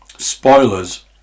Spoilers